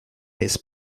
his